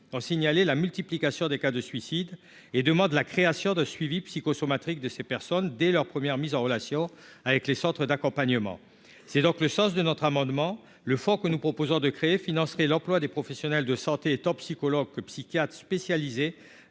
ont signalé la multiplication des cas de suicide et demande la création de suivi psychosomatiques de ces personnes dès leur première mise en relation avec les centres d'accompagnement, c'est donc le sens de notre amendement le fort que nous proposons de créer financerait l'emploi des professionnels de santé étant psychologue, psychiatre spécialisé